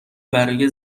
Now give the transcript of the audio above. برای